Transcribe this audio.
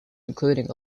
including